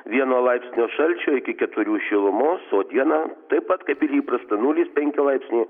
vieno laipsnio šalčio iki keturių šilumos o dieną taip pat kaip ir įprasta nulis penki laipsniai